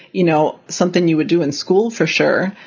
you know, something you would do in school for sure.